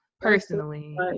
personally